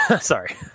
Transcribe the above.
sorry